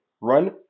Run